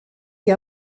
wie